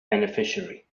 beneficiary